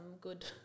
good